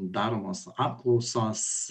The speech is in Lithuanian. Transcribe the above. daromos apklausos